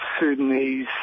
Sudanese